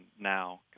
now